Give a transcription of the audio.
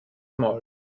maul